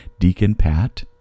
Deaconpat